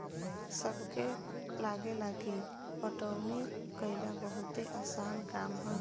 सबके लागेला की पटवनी कइल बहुते आसान काम ह